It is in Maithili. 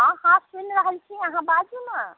हँ हँ सुनि रहल छी अहाँ बाजू ने